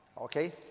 Okay